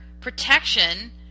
protection